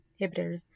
inhibitors